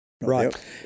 Right